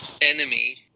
enemy